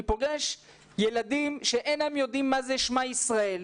פוגש ילדים שאינם יודעים מה זה שמע ישראל.